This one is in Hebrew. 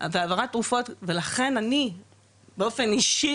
והעברת תרופות ולכן אני באופן אישי,